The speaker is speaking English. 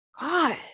God